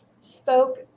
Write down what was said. spoke